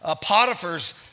Potiphar's